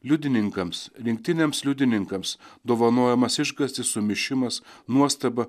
liudininkams rinktiniams liudininkams dovanojamas išgąstis sumišimas nuostaba